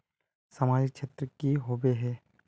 सामाजिक क्षेत्र की होबे है?